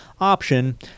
Option